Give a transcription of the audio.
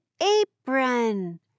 apron